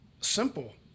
simple